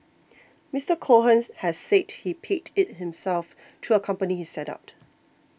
Mister Cohen has said he paid it himself through a company he set up